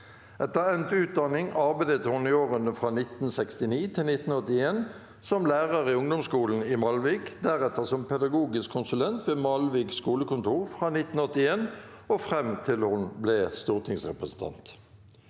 Etter endt utdanning arbeidet hun i årene 1969–1981 som lærer i ungdomsskolen i Malvik, deretter som pedagogisk konsulent ved Malvik skolekontor fra 1981 og fram til hun ble stortingsrepresentant.